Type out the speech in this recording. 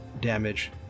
damage